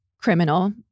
criminal